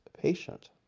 patient